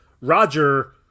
Roger